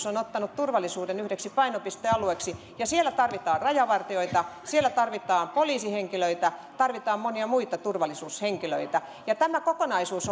on ottanut turvallisuuden yhdeksi painopistealueeksi siellä tarvitaan rajavartijoita tarvitaan poliisihenkilöitä tarvitaan monia muita turvallisuushenkilöitä tämä kokonaisuus